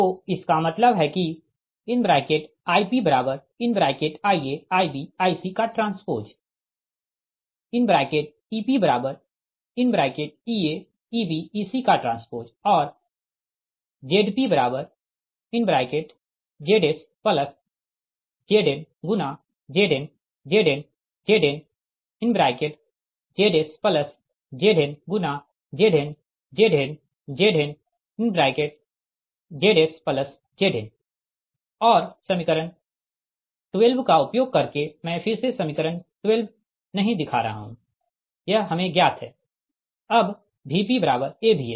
तो इसका मतलब है कि मतलब है कि IpIa Ib Ic TEpEa Eb Ec Tऔर ZpZsZn Zn Zn Zn ZsZn Zn Zn Zn ZsZn और समीकरण 12 का उपयोग करके मैं फिर से समीकरण 12 नहीं दिखा रहा हूँ यह हमे ज्ञात है अब VpAVs